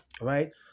right